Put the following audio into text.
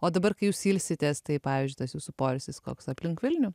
o dabar kai jūs ilsitės tai pavyzdžiui tas jūsų poilsis koks aplink vilnių